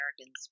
Americans